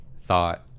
thought